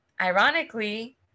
Ironically